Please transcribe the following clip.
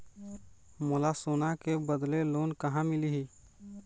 मोला सोना के बदले लोन कहां मिलही?